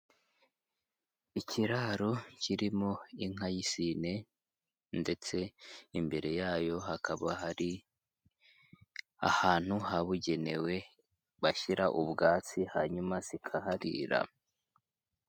Ikiraro kirimo inka y'isine ndetse imbere yayo hakaba hari ahantu habugenewe bashyira ubwatsi hanyuma zikaharira.